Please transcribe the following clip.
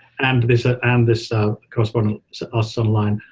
and this ah um this corespondent asks online,